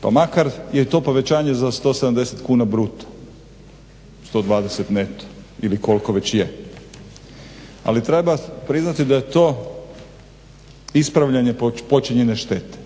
pa makar je to povećanje za 170 kuna bruto, 120 kuna neto ili koliko već je. ali treba priznati da je to ispravljanje počinjene štete.